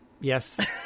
Yes